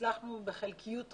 והצלחנו בחלקיות רבה.